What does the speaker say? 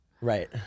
right